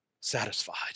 satisfied